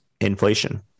inflation